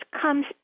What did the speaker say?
comes